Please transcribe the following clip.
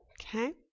okay